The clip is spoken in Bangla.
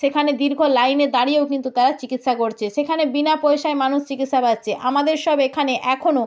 সেখানে দীর্ঘ লাইনে দাঁড়িয়েও কিন্তু তারা চিকিৎসা করছে সেখানে বিনা পয়সায় মানুষ চিকিৎসা পাচ্ছে আমাদের সব এখানে এখনো